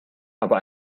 aber